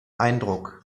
eindruck